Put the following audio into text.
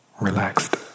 relaxed